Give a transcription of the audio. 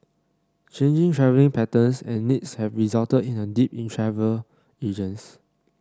changing travelling patterns and needs have resulted in a dip in travel agents